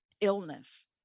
illness